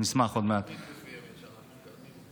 יש תוכנית מסוימת שאנחנו מקדמים,